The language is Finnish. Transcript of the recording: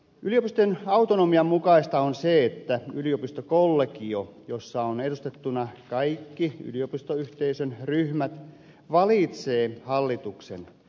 yliopistojen autonomian mukaista on se että yliopistokollegio jossa ovat edustettuina kaikki yliopistoyhteisön ryhmät valitsee hallituksen